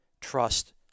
trust